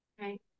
Right